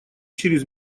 через